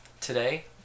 Today